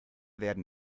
werden